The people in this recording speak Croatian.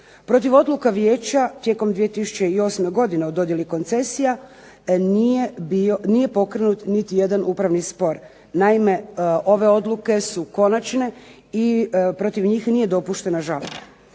Protiv odluka vijeća tijekom 2008. godine o dodjeli koncesija nije pokrenut niti jedan upravni spor. Naime, ove odluke su konačne i protiv njih nije dopuštena žalba.